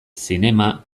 zinema